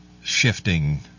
shifting